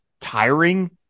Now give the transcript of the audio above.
tiring